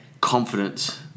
confidence